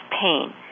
pain